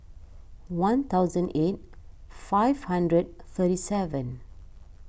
one thousand eight five hundred thirty seven